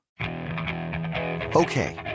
Okay